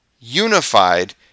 unified